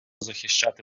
захищати